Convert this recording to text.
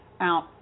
out